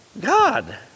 God